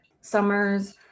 Summers